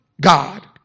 God